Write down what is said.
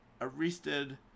arrested